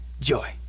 Joy